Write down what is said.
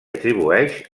atribueix